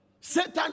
Satan